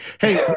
Hey